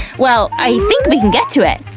well, i think we can get to it!